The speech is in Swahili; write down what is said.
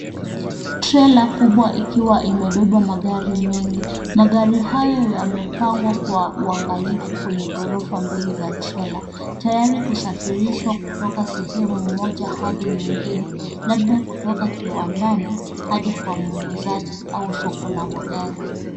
Trela kubwa ikiwa imebeba magari mengi. Magari hayo yamepangwa kwa uangalifu kwenye ghorofa mbili za trela tayari kusafirishwa kutoka sehemu moja hadi nyingine, labda kutoka kiwandani hadi kwa muuzaji au soko la magari.